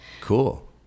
Cool